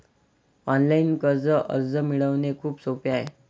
online कर्ज अर्ज मिळवणे खूप सोपे आहे